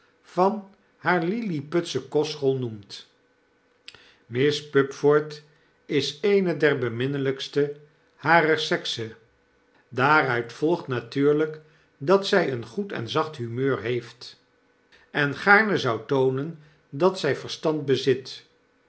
van hare lilliputsche kostschool noemt miss pupford is eene der beminnelykste harer sekse daaruit volgt natuurlyk datzy een goed en zacht humeur heeft en gaarne zou toonen dat zy ver stand bezit